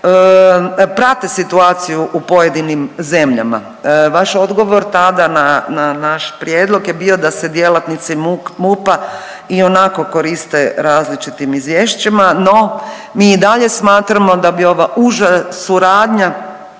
prate situaciju u pojedinim zemljama. Vaš odgovor tada na naš prijedlog je bio da se djelatnici MUP-a ionako koriste različitim izvješćima, no mi i dalje smatramo da bi ova uža suradnja